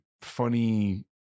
funny